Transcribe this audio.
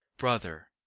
brother,